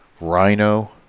rhino